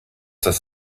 das